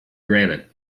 granite